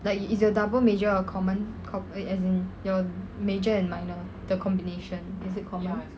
like is your double major a common as in your major and minor the combination is it common